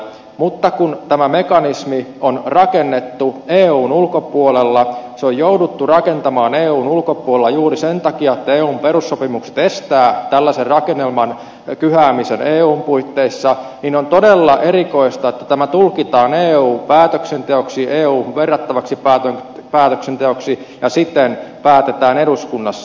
mutta kun tämä mekanismi on rakennettu eun ulkopuolella se on jouduttu rakentamaan eun ulkopuolella juuri sen takia että eun perussopimukset estävät tällaisen rakennelman kyhäämisen eun puitteissa niin on todella erikoista että tämä tulkitaan eu päätöksenteoksi euhun verrattavaksi päätöksenteoksi ja siten päätetään eduskunnassa